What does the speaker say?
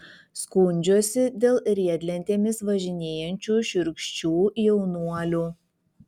skundžiuosi dėl riedlentėmis važinėjančių šiurkščių jaunuolių